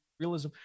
realism